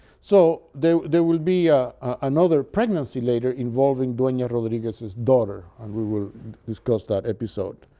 so there there will be ah another pregnancy later, involving duena rodriguez's daughter, and we will discuss that episode.